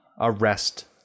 arrest